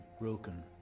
broken